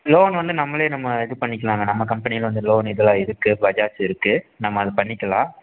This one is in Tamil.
லோன் வந்து நம்மளே நம்ம இது பண்ணிக்கலாங்க நம்ம கம்பெனியில் வந்து லோன் இதெல்லாம் இருக்குது பஜாஜ் இருக்குது நம்ம அதை பண்ணிக்கலாம்